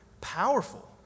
powerful